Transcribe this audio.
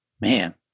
Man